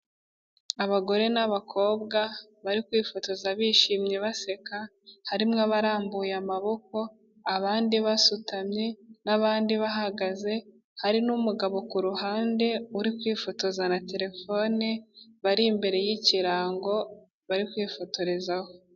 Abagore n'abakobwa bari kwifotoza bishimye baseka, harimo abarambuye amaboko, abandi basutamye n'abandi bahagaze, hari n'umugabo ku ruhande uri kwifotoza na terefone, bari imbere y'ikirango bari kwifotorezaho.